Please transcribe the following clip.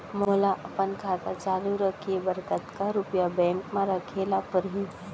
मोला अपन खाता चालू रखे बर कतका रुपिया बैंक म रखे ला परही?